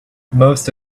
most